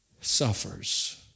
suffers